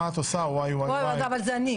מה את עושה --- אבל זה אני.